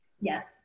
Yes